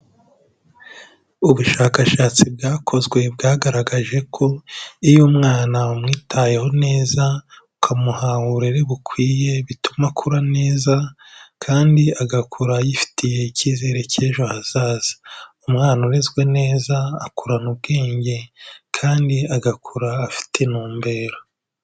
Ubushakashatsi bwakozwe bwagaragaje ko iyo umwana wamwitayeho neza ukamuha uburere bukwiye bituma akura neza kandi agakura yifitiye icyizere cy'ejo hazaza, umwana urezwe neza akurana ubwenge kandi agakura afite intumbero.